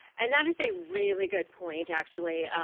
and that is a really good point actually.